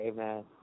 Amen